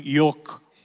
yoke